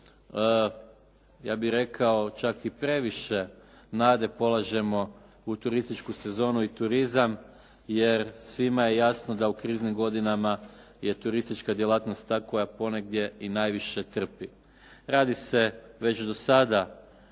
ja bih rekao čak i previše nade polažemo u turističku sezonu i turizam jer svima je jasno da u kriznim godinama je turistička djelatnost ta koja ponegdje i najviše trpi. Radi se već do sada